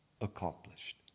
accomplished